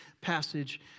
passage